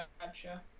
gotcha